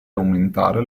aumentare